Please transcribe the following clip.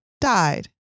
died